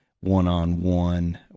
one-on-one